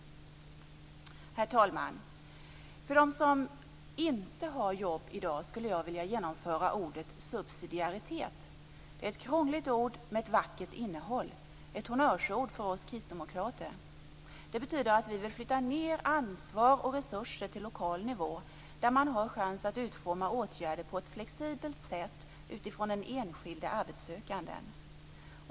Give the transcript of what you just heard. Herr talman! För dem som inte har jobb i dag skulle jag vilja genomföra ordet subsidiaritet. Det är ett krångligt ord med ett vackert innehåll - ett honnörsord för oss kristdemokrater. Det betyder att vi vill flytta ned ansvar och resurser till lokal nivå, där man har chans att utforma åtgärder på ett flexibelt sätt utifrån den enskilde arbetssökanden.